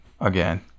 again